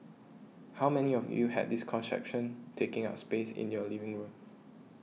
how many of you had this contraption taking up space in your living room